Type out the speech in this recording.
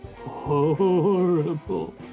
horrible